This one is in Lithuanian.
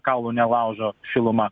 kaulų nelaužo šiluma